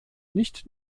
nicht